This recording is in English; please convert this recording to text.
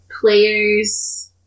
player's